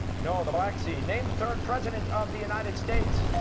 no, the black sea. name the third president of the united states.